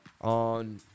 on